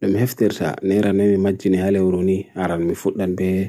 Dmy heftir sa nera nemi magini hale uru ni aram mi futdan be